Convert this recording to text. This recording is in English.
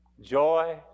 Joy